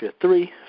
three